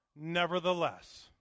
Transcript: Nevertheless